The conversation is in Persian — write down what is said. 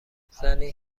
زنی